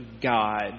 God